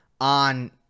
on